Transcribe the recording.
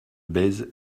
bèze